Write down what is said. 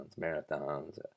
marathons